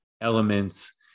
elements